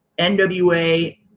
nwa